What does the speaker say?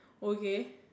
okay